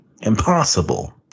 Impossible